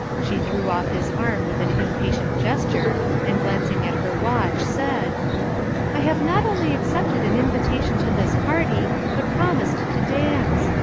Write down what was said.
she threw off his arm with an impatient gesture, and glancing at her watch, said i have not only accepted an invitation to this party, but promised to dance.